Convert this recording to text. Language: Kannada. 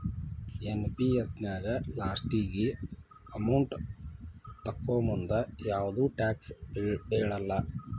ಎನ್.ಪಿ.ಎಸ್ ನ್ಯಾಗ ಲಾಸ್ಟಿಗಿ ಅಮೌಂಟ್ ತೊಕ್ಕೋಮುಂದ ಯಾವ್ದು ಟ್ಯಾಕ್ಸ್ ಬೇಳಲ್ಲ